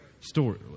Story